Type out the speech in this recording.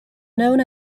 known